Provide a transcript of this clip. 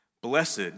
Blessed